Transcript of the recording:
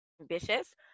ambitious